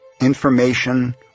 Information